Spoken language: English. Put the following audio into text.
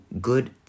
good